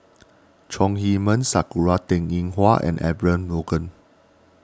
Chong Heman Sakura Teng Ying Hua and Abraham Logan